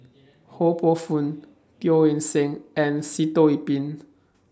Ho Poh Fun Teo Eng Seng and Sitoh Yih Pin